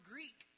Greek